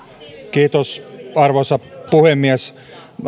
kiitos arvoisa puhemies